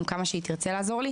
עם כמה שהיא תרצה לעזור לי.